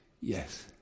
Yes